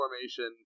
formation